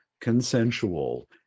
consensual